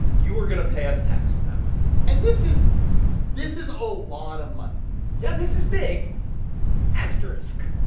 you are going to pay us tax on that money and this is this is all a lot of money yeah, this is a big asterisk.